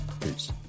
Peace